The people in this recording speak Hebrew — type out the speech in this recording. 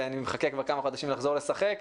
ואני מחכה כבר כמה חודשים לחזור לשחק,